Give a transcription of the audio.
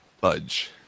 Budge